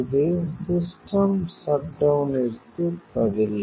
இது system shut டௌன்ற்கு பதில்